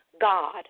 God